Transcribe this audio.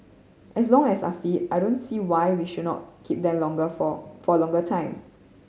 as long as are fit I don't see why we should not keep them longer for for a longer time